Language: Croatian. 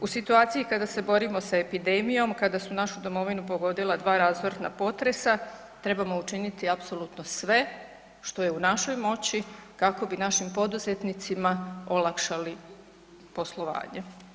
U situaciji kada se borimo sa epidemijom, kada su našu domovinu pogodila 2 razorna potresa trebamo učiniti apsolutno sve što je u našoj moći kako bi našim poduzetnicima olakšali poslovanje.